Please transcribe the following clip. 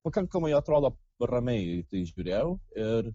pakankamai atrodo ramiai į tai žiūrėjau ir